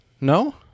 no